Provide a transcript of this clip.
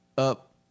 Up